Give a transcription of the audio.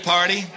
Party